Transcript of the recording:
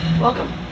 Welcome